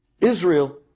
Israel